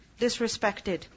Disrespected